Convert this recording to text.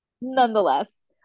nonetheless